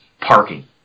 parking